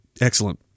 Excellent